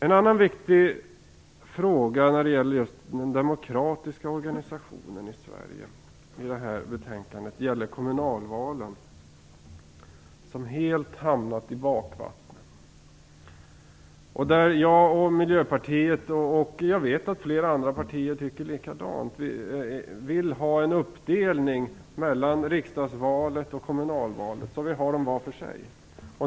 En annan viktig fråga i detta betänkande som gäller just den demokratiska organisationen i Sverige är kommunalvalen, som helt hamnat i bakvattnet. Jag och Miljöpartiet, och jag vet att flera andra partier tycker likadant, vill ha en uppdelning mellan riksdagsvalet och kommunalvalet, så att vi får dem var för sig.